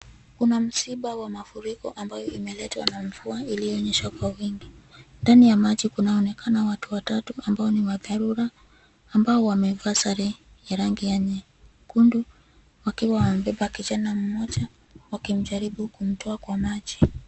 Kuna msimba wa mafuriko ambayo imeletwa na mvua iliyonyesha kwa wingi. Ndani ya maji kunaonekana watu watatu ambao ni wa dharura ambao wamevaa sare ya rangi ya nyekundu wakiwa wamebeba kijana mmoja wakimjaribu kumtoa kwa maji.